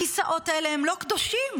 הכיסאות האלה הם לא קדושים.